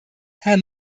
herr